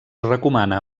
recomana